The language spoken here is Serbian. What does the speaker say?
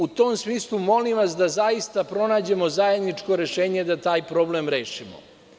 U tom smislu, molim vas, da zaista pronađemo zajedničko rešenje da taj problem rešimo.